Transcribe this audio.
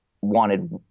wanted